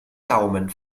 daumen